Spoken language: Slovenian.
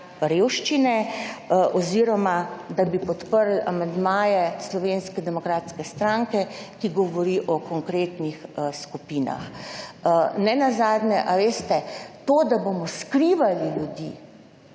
revščine oziroma da bi podprli amandmaje Slovenske demokratske stranke, ki govori o konkretnih skupinah. Nenazadnje, to da bomo skrivali ljudi,